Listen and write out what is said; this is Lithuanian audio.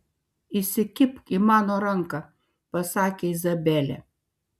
įsikibk į mano ranką pasakė izabelė